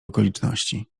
okoliczności